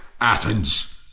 Athens